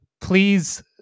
Please